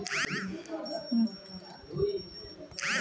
गावातील गायी चरत असल्याने शेतातील गवत व माती खराब झाली आहे